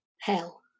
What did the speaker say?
hell